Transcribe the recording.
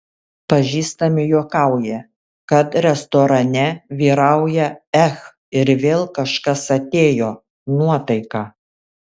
pažįstami juokauja kad restorane vyrauja ech ir vėl kažkas atėjo nuotaika